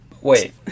wait